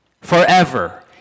forever